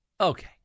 Okay